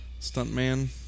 Stuntman